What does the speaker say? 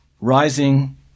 rising